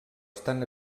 estan